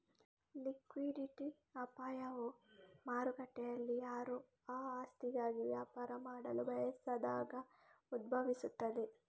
liquidity ಅಪಾಯವು ಮಾರುಕಟ್ಟೆಯಲ್ಲಿಯಾರೂ ಆ ಆಸ್ತಿಗಾಗಿ ವ್ಯಾಪಾರ ಮಾಡಲು ಬಯಸದಾಗ ಉದ್ಭವಿಸುತ್ತದೆ